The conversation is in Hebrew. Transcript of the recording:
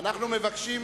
אנחנו מבקשים